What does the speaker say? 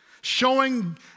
showing